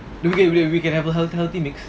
correct we we can have a healthy mix